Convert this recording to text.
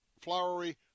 flowery